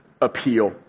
appeal